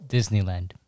Disneyland